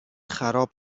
خراب